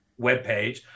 webpage